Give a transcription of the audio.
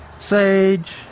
sage